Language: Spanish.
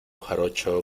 jarocho